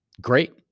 great